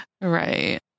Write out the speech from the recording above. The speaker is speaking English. Right